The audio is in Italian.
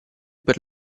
per